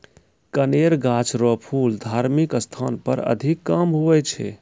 कनेर गाछ रो फूल धार्मिक स्थान पर अधिक काम हुवै छै